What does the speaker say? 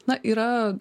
na yra